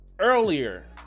earlier